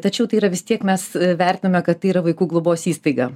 tačiau tai yra vis tiek mes vertiname kad tai yra vaikų globos įstaiga